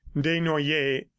desnoyers